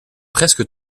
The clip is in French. presque